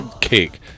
cake